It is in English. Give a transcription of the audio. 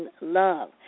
Love